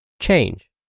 Change